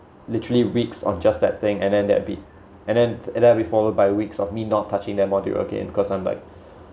literally weeks on just that thing and then that beat and then and then be followed by weeks of me not touching that module again because I'm like